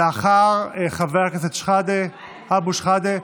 לאחר חבר כנסת אבו שחאדה,